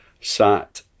sat